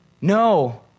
No